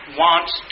wants